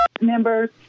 members